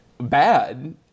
bad